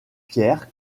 pierre